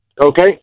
okay